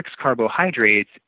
carbohydrates